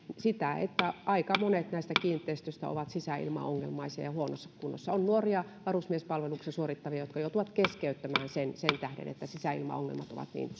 sitä että aika monet näistä kiinteistöistä ovat sisäilmaongelmaisia ja huonossa kunnossa on nuoria varusmiespalveluksen suorittavia jotka joutuvat keskeyttämään sen sen tähden että sisäilmaongelmat ovat niin